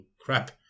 crap